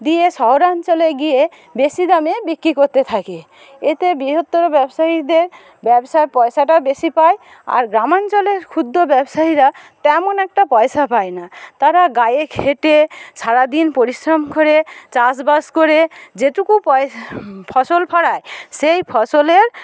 দিয়ে শহরাঞ্চলে গিয়ে বেশি দামে বিক্রি করতে থাকে এতে বৃহত্তর ব্যবসায়ীদের ব্যবসার পয়সাটা বেশি পায় আর গ্রামাঞ্চলের ক্ষুদ্র ব্যবসায়ীরা তেমন একটা পয়সা পায় না তারা গায়ে খেটে সারাদিন পরিশ্রম করে চাষ বাস করে যেটুকু পয় ফসল ফলায় সেই ফসলের